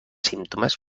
símptomes